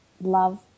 love